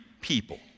people